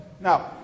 Now